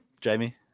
Jamie